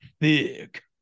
Thick